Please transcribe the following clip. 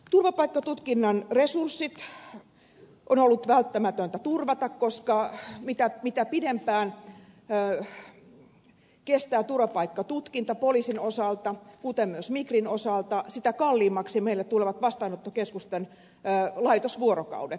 turvapaikkatutkinnan resurssit on ollut välttämätöntä turvata koska mitä pidempään kestää turvapaikkatutkinta poliisin osalta kuten myös migrin osalta sitä kalliimmaksi meille tulevat vastaanottokeskusten laitosvuorokaudet